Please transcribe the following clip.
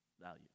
value